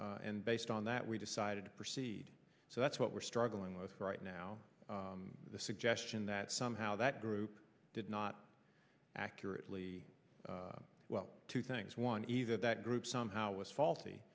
us and based on that we decided to proceed so that's what we're struggling with right now the suggestion that somehow that group did not accurately well two things one either that group somehow was faulty